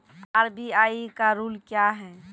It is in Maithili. आर.बी.आई का रुल क्या हैं?